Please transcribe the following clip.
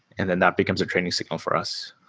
and then that becomes a training signal for us.